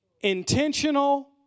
intentional